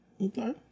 okay